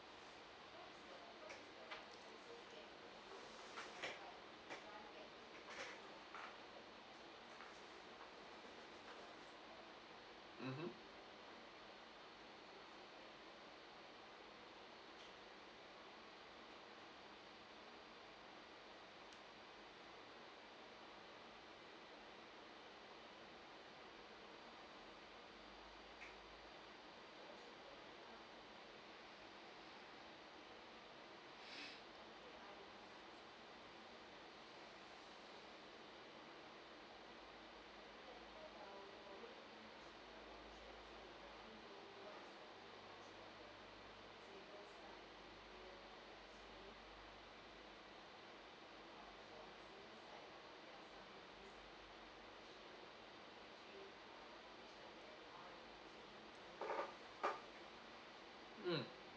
mmhmm mm